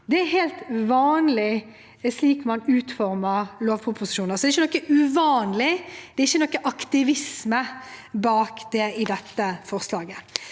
Det er helt vanlig slik man utformer lovproposisjoner. Det er ikke noe uvanlig, det er ikke noen aktivisme bak det i dette forslaget.